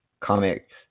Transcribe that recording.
comics